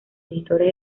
editores